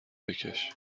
بکش